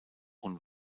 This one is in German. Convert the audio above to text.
und